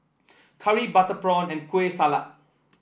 curry Butter Prawn and Kueh Salat